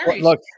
Look